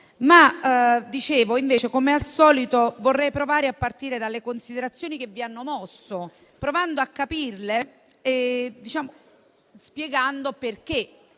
a coerenza. Come al solito, vorrei provare a partire dalle considerazioni che vi hanno mosso, provando a capirle e spiegando perché